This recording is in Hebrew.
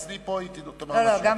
אצלי פה היא תאמר מה שהיא רוצה.